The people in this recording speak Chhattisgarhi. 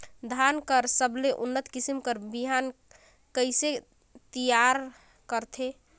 धान कर सबले उन्नत किसम कर बिहान कइसे तियार करथे?